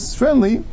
friendly